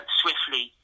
swiftly